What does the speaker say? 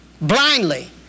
blindly